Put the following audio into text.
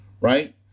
right